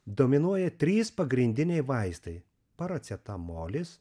dominuoja trys pagrindiniai vaistai paracetamolis